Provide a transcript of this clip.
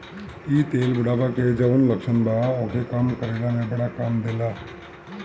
इ तेल बुढ़ापा के जवन लक्षण बा ओके कम करे में बड़ा काम देला